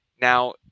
Now